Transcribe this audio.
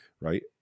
right